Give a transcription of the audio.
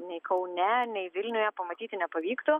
nei kaune nei vilniuje pamatyti nepavyktų